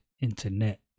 internet